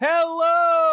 Hello